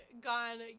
gone